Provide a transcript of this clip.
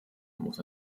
muss